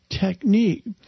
technique